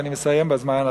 ואני מסיים בזמן,